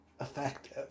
effective